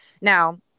Now